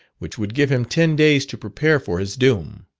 which would give him ten days to prepare for his doom.